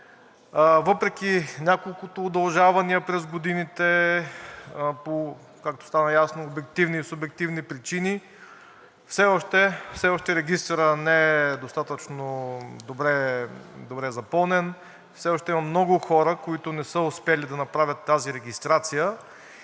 Въпреки няколкото удължавания през годините, както стана ясно по обективни и субективни причини, все още регистърът не е достатъчно добре запълнен, все още има много хора, които не са успели да направят тази регистрация.